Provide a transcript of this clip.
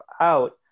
out